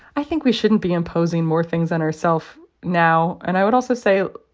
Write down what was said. i think we shouldn't be imposing more things on our self now. and i would also say,